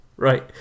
right